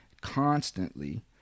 constantly